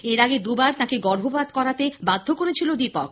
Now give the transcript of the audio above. এর আগে দুবার তাঁকে গর্ভপাত করাতে বাধ্য করেছিল দীপক